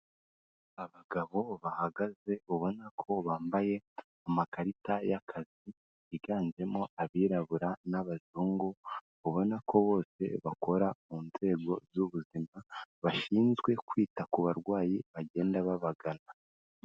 Abagabo bahagaze ubona ko bambaye amakarita y'akazi, biganjemo abirabura n'abazungu, ubona ko bose bakora ku nzego z'ubuzima, bashinzwe kwita ku barwayi bagenda babagana.